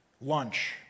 Lunch